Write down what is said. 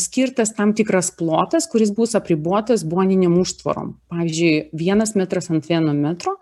skirtas tam tikras plotas kuris bus apribotas boninėm užtvarom pavyzdžiui vienas metras ant vieno metro